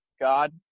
God